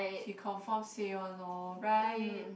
he confirm say one lor right